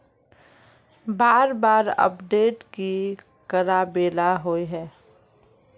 बार बार अपडेट की कराबेला होय है?